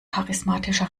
charismatischer